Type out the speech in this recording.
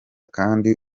kandi